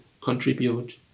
contribute